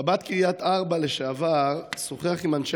קב"ט קריית ארבע לשעבר שוחח עם אנשי